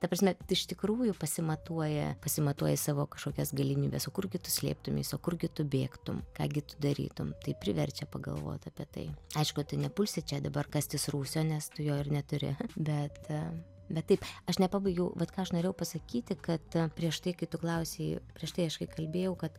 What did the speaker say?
ta prasme iš tikrųjų pasimatuoja pasimatuoji savo kažkokias galimybes o kurgi tu slėptumeisi o kurgi tu bėgtum ką gi tu darytum tai priverčia pagalvot apie tai aišku tu nepulsi čia dabar kastis rūsio nes tu jo ir neturi bet bet taip aš nepabaigiau vat ką aš norėjau pasakyti kad prieš tai kai tu klausei prieš tai aš kai kalbėjau kad